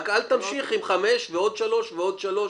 רק אל תמשיך עם חמש ועוד שלוש ועוד שלוש,